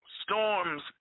storms